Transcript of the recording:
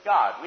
God